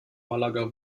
malaga